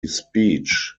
speech